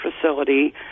facility